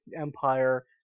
empire